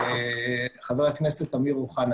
חבר הכנסת אמיר אוחנה,